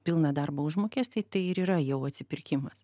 pilną darbo užmokestį tai ir yra jau atsipirkimas